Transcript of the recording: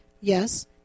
Yes